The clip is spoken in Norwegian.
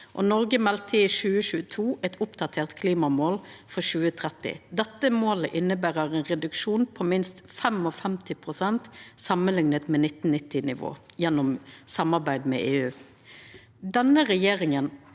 Noreg melde i 2022 eit oppdatert klimamål for 2030. Dette målet inneber ein reduksjon på minst 55 pst. samanlikna med 1990-nivå, gjennom samarbeid med EU.